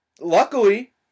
Luckily